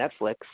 Netflix